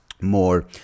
more